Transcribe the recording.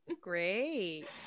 great